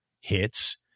hits